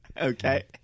Okay